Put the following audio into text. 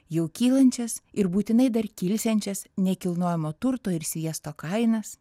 jau kylančias ir būtinai dar kilsiančias nekilnojamo turto ir sviesto kainas